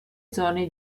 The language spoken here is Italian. zone